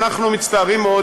אנחנו מצטערים מאוד,